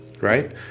Right